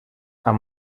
amb